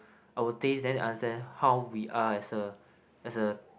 our taste then they understand how we are as a as a